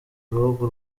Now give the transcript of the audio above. bihugu